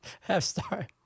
Half-star